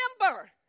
Remember